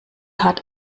hat